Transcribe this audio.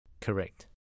Correct